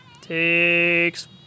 Takes